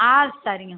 ஆ சரிங்க